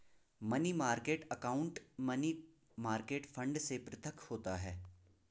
money market account money market fund से पृथक होता है